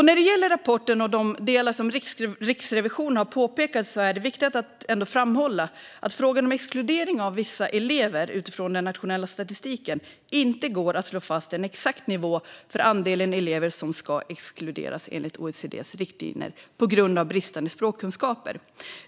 När det gäller rapporten och det som Riksrevisionen har påpekat är det viktigt att framhålla att det när det gäller exkludering av vissa elever utifrån den nationella statistiken inte går att slå fast en exakt nivå för andelen elever som enligt OECD:s riktlinjer ska exkluderas på grund av bristande språkkunskaper.